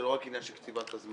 זה לא רק העניין של קציבת הזמן.